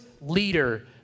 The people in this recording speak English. leader